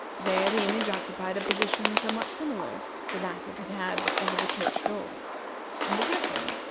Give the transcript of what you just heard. there the image occupied a position somewhat similar to that it had had over the church-door and the griffin,